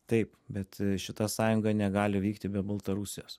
taip bet šita sąjunga negali vykti be baltarusijos